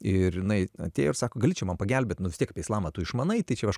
ir jinai atėjo ir sako gali čia man pagelbėt nu vis tiek apie islamą tu išmanai tai čia aš